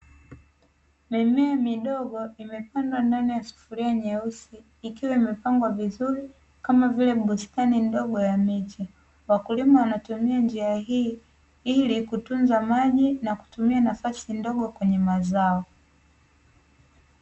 Mimea midogo imepandwa ndani ya sufuria nyeusi ikiwa imepangwa vizuri kama vile bustani ndogo ya miche. Wakulima wanatumia njia hii ili kutunza maji, na kutumia nafasi ndogo kwenye mazao.